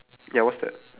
ya what's that